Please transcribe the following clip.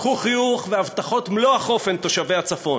קחו חיוך והבטחות מלוא החופן, תושבי הצפון.